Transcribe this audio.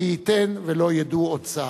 מי ייתן ולא ידעו עוד צער.